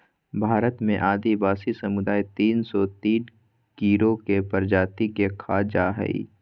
भारत में आदिवासी समुदाय तिन सो तिन कीड़ों के प्रजाति के खा जा हइ